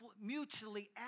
mutually